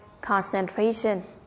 concentration